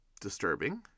disturbing